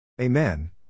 Amen